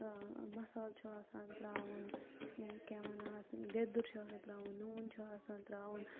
مَسالہ چھُ آسان تراوُن کیاہ وَنان اَتھ لیٚدٕر چھُ آسان تراوُن نوٗن چھُ آسان تراوُن